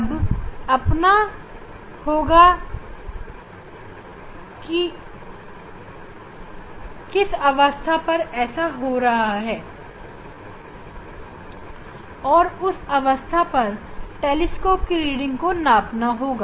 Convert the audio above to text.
अब जिस अवस्था पर ऐसा हो रहा है उस अवस्था पर टेलीस्कोपकी रीडिंग को नापना होगा